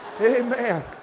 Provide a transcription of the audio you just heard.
Amen